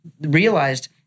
realized